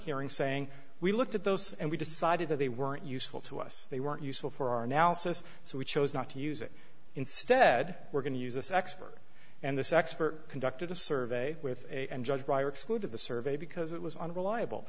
hearing saying we looked at those and we decided that they weren't useful to us they weren't useful for our analysis so we chose not to use it instead we're going to use this expert and this expert conducted a survey with a and judge bryer exclude of the survey because it was unreliable